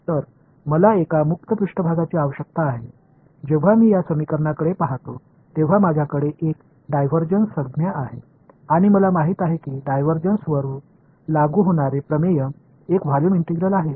तर मला एका मुक्त पृष्ठभागाची आवश्यकता आहे जेव्हा मी या समीकरणाकडे पाहतो तेव्हा माझ्याकडे एक डायव्हर्जन्स संज्ञा आहे आणि मला माहित आहे की डायव्हर्जन्सवर लागू होणारे प्रमेय एक व्हॉल्यूम इंटिग्रल आहे